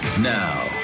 Now